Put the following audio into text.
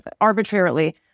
arbitrarily